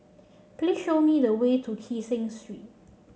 please show me the way to Kee Seng Street